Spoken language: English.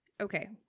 Okay